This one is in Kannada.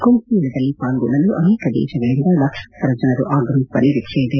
ಕುಂಭ ಮೇಳದಲ್ಲಿ ಪಾಲ್ಗೊಳ್ಳಲು ಅನೇಕ ದೇಶಗಳಿಂದ ಲಕ್ಷಾಂತರ ಜನರು ಆಗಮಿಸುವ ನಿರೀಕ್ಷೆ ಇದೆ